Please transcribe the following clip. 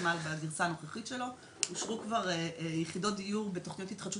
הוותמ"ל בגרסה הנוכחית שלו אושרו כבר יחידות דיור בתוכניות התחדשות